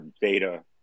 data